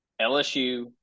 LSU